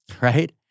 right